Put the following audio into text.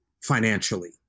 financially